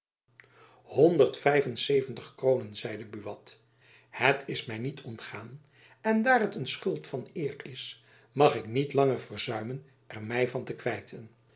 honderd vijf en zeventig kroonen zeide buat het is my niet ontgaan en daar het een schuld van eer is mag ik niet langer verzuimen er my van te kwijten